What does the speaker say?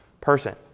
person